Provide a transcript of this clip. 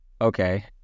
okay